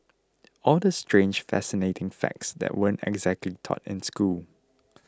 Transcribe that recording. all the strange fascinating facts that weren't exactly taught in school